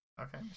Okay